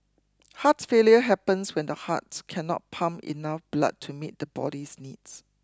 heart failure happens when the heart cannot pump enough blood to meet the body's needs